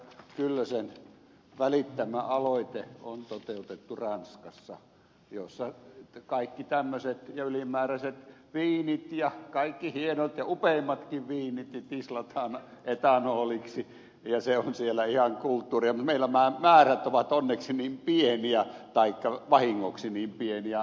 kyllösen välittämä aloite on toteutettu ranskassa jossa kaikki tämmöiset ylimääräiset viinit ja kaikki hienot ja upeimmatkin viinit tislataan etanoliksi ja se on siellä ihan kulttuuria mutta meillä nämä määrät ovat onneksi niin pieniä taikka vahingoksi niin pieniä aivan riippuen siitä mistä päin katsoo